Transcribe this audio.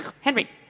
Henry